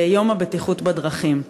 יום הבטיחות בדרכים.